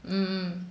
mm mm